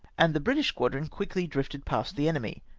and the british squadron quickly drifted past the enemy,